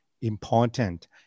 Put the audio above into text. important